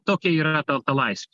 tokia yra ta ta laisvė